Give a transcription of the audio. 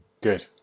Good